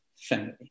family